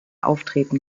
auftreten